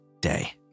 day